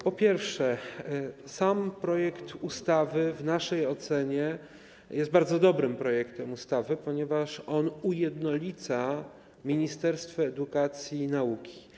Po pierwsze, sam projekt ustawy w naszej ocenie jest bardzo dobrym projektem, ponieważ ujednolica on Ministerstwo Edukacji i Nauki.